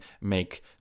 make